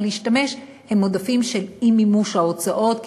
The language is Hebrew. להשתמש הם עודפים של אי-מימוש ההוצאות,